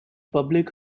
public